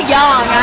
young